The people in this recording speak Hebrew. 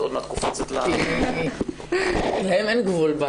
את עוד מעט קופצת --- כי להם אין גבול.